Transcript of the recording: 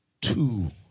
Two